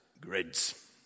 grids